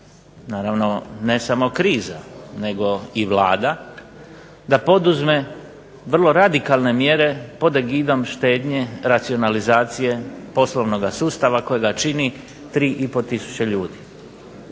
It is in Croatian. naravno ne samo kriza, nego i Vlada, da poduzme vrlo radikalne mjere pod egidom štednje racionalizacije poslovnog sustava kojeg čini 3,5 tisuća ljudi.